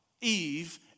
Eve